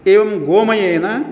एवं गोमयेन